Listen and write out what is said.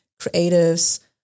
creatives